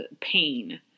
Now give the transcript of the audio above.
pain